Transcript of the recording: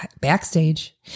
backstage